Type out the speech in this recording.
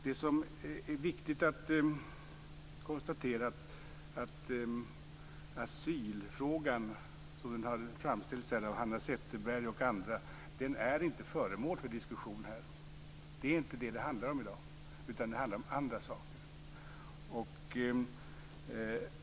Det som är viktigt att konstatera är att asylfrågan som den har framställts här av Hanna Zetterberg och andra inte är föremål för diskussion i dag. Det är inte det ärendet handlar om, utan det handlar om andra saker.